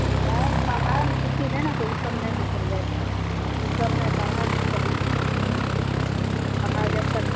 नहि पढ़ाइमे छुट्टी नहि ने छै ओ सब नहि बुझल जाइ छै ओ सब नहि पढ़ाइमे ओ सब नहि देखै छी पढ़ाइ जबतक